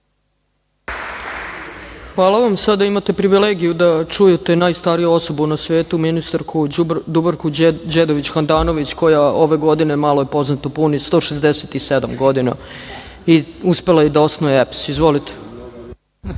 Hvala vam. Sada imate privilegiju da čujete najstariju osobu na svetu, ministarku Dubravku Đedović Handanović, koja ove godine, malo je poznato, puni 167 godina i uspela je i da osnuje EPS. Izvolite.